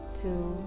two